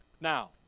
Now